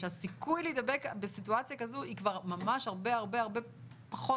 שהסיכוי להידבק בסיטואציה כזו הוא כבר ממש הרבה הרבה פחות